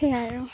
সেয়াই আৰু